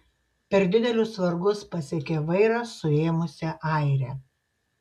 per didelius vargus pasiekė vairą suėmusią airę